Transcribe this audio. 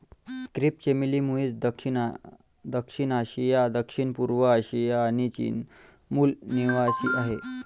crepe चमेली मूळचे दक्षिण आशिया, दक्षिणपूर्व आशिया आणि चीनचे मूल निवासीआहे